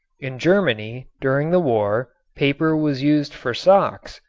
in germany during the war paper was used for socks,